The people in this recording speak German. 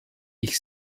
ich